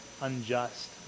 unjust